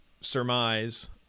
surmise